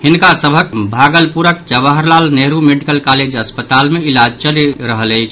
हिनका सभक भागलपुरक जवाहरलाल नेहरू मेडिकल कॉलेज अस्पताल मे इलाज चलि रहल अछि